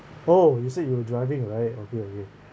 oh you said you were driving right okay okay